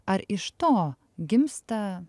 ar iš to gimsta